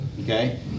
Okay